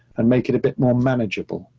and make it a bit more manageable.